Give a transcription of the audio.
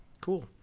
Cool